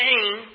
pain